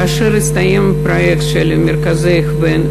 כאשר הסתיים הפרויקט של מרכזי ההכוון,